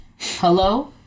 hello